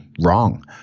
wrong